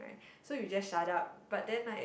so you just shut up but then like